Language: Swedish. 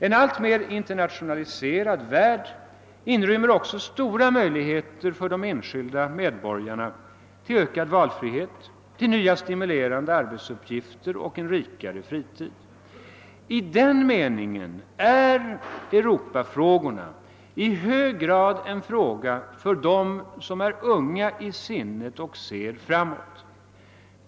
En alltmer internationaliserad värld inrymmer också stora möjligheter för de enskilda medborgarna till ökad valfrihet, till nya stimulerande arbetsuppgifter och till en rikare fritid. I denna mening är Europafrågorna i hög grad en angelägenhet för dem som är unga i sinnet och ser framåt.